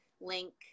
link